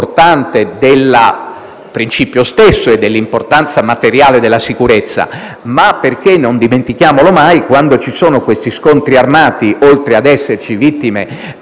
di vista del principio stesso e dell'importanza materiale della sicurezza, ma anche perché - non dimentichiamolo mai - quando ci sono questi scontri armati, oltre a esserci vittime